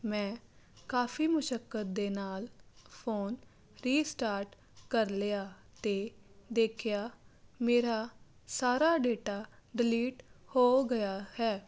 ਮੈਂ ਕਾਫੀ ਮੁਸ਼ੱਕਤ ਦੇ ਨਾਲ ਫੋਨ ਰੀਸਟਾਰਟ ਕਰ ਲਿਆ ਅਤੇ ਦੇਖਿਆ ਮੇਰਾ ਸਾਰਾ ਡੇਟਾ ਡਲੀਟ ਹੋ ਗਿਆ ਹੈ